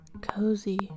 Cozy